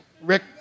Rick